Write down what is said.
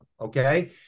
okay